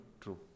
true